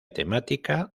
temática